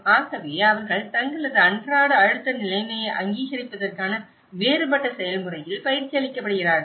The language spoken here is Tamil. ஆகவே அவர்கள் தங்களது அன்றாட அழுத்த நிலைமையை அங்கீகரிப்பதற்கான வேறுபட்ட செயல்முறையில் பயிற்சியளிக்கப்படுகிறார்கள்